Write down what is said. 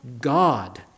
God